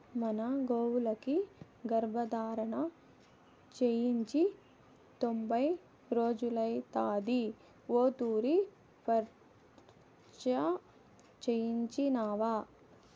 మన గోవులకి గర్భధారణ చేయించి తొంభై రోజులైతాంది ఓ తూరి పరీచ్ఛ చేయించినావా